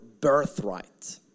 birthright